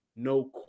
No